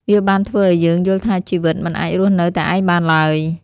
វាបានធ្វើឱ្យយើងយល់ថាជីវិតមិនអាចរស់នៅតែឯងបានឡើយ។